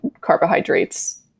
carbohydrates